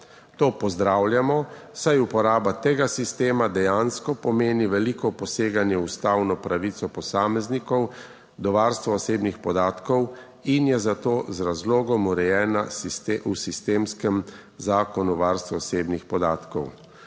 To pozdravljamo, saj uporaba tega sistema dejansko pomeni veliko poseganje v ustavno pravico posameznikov do varstva osebnih podatkov in je zato z razlogom urejena v sistemskem zakonu o varstvu osebnih podatkov.